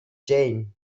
jane